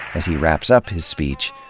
as he wraps up his speech,